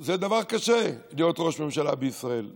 זה דבר קשה להיות ראש ממשלה בישראל.